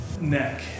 neck